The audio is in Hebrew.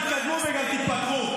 תתקדמו וגם תתפטרו.